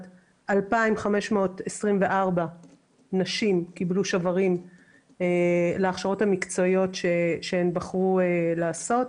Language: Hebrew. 2,524 נשים קיבלו שוברים להכשרות המקצועיות שהן בחרו לעשות.